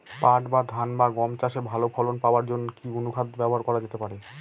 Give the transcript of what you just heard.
পাট বা ধান বা গম চাষে ভালো ফলন পাবার জন কি অনুখাদ্য ব্যবহার করা যেতে পারে?